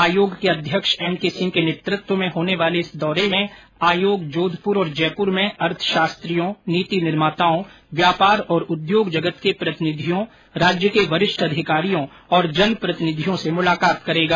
आयोग के अध्यक्ष एन के सिंह के नेतृत्व में होने वाले इस दौरे में आयोग जोधपुर और जयपुर में अर्थशास्त्रियों नीति निर्माताओं व्यापार और उद्योग जगत के प्रतिनिधियों राज्य के वरिष्ठ अधिकारियों और जनप्रतिनिधियों से मुलाकात करेगा